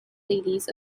ladies